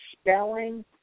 spelling